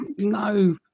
No